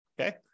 Okay